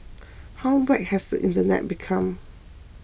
how whacked has the internet become